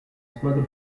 squadra